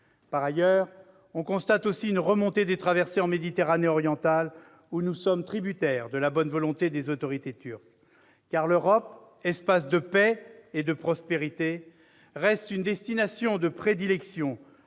En outre, on constate aussi une augmentation des traversées en Méditerranée orientale, où nous sommes tributaires de la bonne volonté des autorités turques. Car l'Europe, espace de paix et de prospérité, reste une destination de prédilection